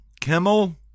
Kimmel